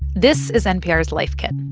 this is npr's life kit.